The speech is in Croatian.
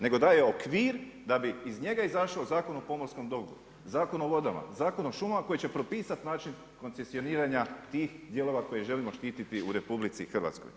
Nego daje okvir da bi iz njega izašao Zakon o pomorskom dobru, Zakon o vodama, Zakon o šumama koji će propisati način koncesioniranja tih dijelova koje želimo štititi u RH.